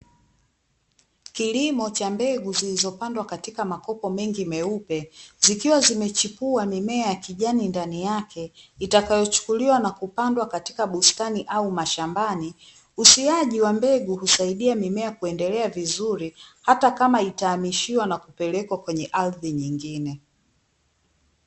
Kilimo cha mbegu zilizopandwa katika makopo mengi meupe, zikiwa zimechipua mimea ya kijani ndani yake, itakayochukuliwa na kupandwa katika bustani au mashambani. Usiaji wa mbegu husaidia mimea kuendelea vizuri, hata kama itahamishiwa na kupelekwa kwenye ardhi nyingine.